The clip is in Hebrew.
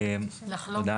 שלום,